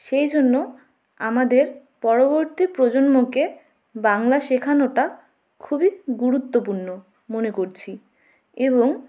সেই জন্য আমাদের পরবর্তী প্রজন্মকে বাংলা শেখানোটা খুবই গুরুত্বপূর্ণ মনে করছি এবং